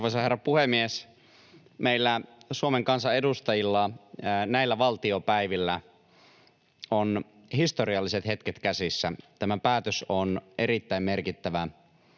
Arvoisa herra puhemies! Meillä Suomen kansanedustajilla näillä valtiopäivillä on historialliset hetket käsissä. Tämä päätös on erittäin merkittävä